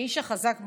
האיש החזק בממשלה.